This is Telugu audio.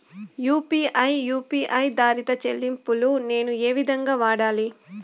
యు.పి.ఐ యు పి ఐ ఆధారిత చెల్లింపులు నేను ఏ విధంగా వాడాలి?